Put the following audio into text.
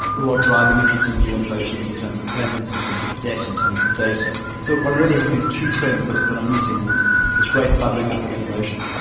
who are driving interesting new innovations in terms of payments, in terms of debt, in terms of data. so one really has these two trends that that are meeting and this this great bubbling up of innovation.